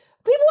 people